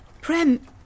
Prem